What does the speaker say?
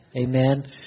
Amen